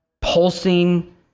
pulsing